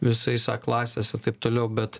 visais a klasės ir taip toliau bet